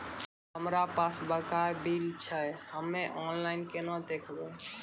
हमरा पास बकाया बिल छै हम्मे ऑनलाइन केना देखबै?